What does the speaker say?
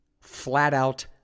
flat-out